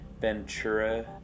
Ventura